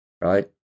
right